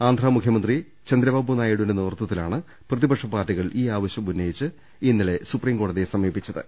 ആന്ധ്ര മുഖ്യമന്ത്രി ചന്ദ്രബാബു നായിഡുവിന്റെ നേതൃത്വത്തിലാണ് പ്രതിപക്ഷ പാർട്ടികൾ ഈ ആവശ്യം ഉന്നയിച്ച് ഇന്നലെ സുപ്രീംകോടതിയെ സമീപിച്ചത്